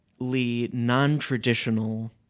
non-traditional